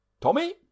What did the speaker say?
Tommy